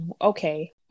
Okay